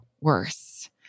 worse